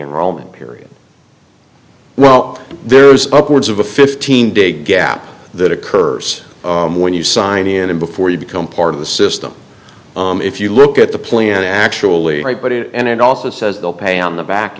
enrollment period well there's upwards of a fifteen day gap that occurs when you sign in and before you become part of the system if you look at the plan actually but it and it also says they'll pay on the back